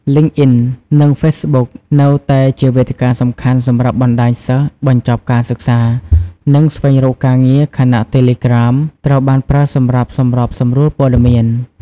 លីង ធីន LinkedIn និង ហ្វេសប៊ុក Facebook នៅតែជាវេទិកាសំខាន់សម្រាប់បណ្តាញសិស្សបញ្ចប់ការសិក្សា និងស្វែងរកការងារ ខណៈ តេឡេក្រាម Telegram ត្រូវបានប្រើសម្រាប់សម្របសម្រួលព័ត៌មាន។